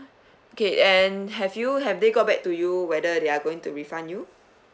okay and have you have they got back to you whether they're going to refund you